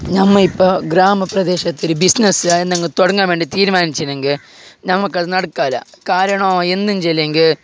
ഞമ്മ ഇപ്പോൾ ഗ്രാമപ്രദേശത്തിൽ ബിസ്സിനസ്സ്കാരനങ്ങ് തുടങ്ങാന് വേണ്ടി തീരുമാനിച്ചീനെങ്കി നമുക്കത് നടക്കില്ല കാരണം എന്നുച്ചെല്ലെങ്കിൽ